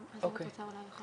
אבל הוא באמת לא